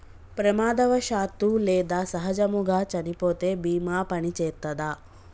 ప్రమాదవశాత్తు లేదా సహజముగా చనిపోతే బీమా పనిచేత్తదా?